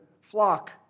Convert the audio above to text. flock